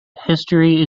history